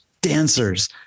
dancers